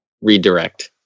redirect